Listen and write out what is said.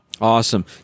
Awesome